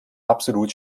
absolut